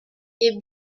est